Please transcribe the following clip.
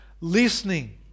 listening